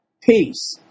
Peace